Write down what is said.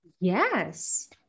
Yes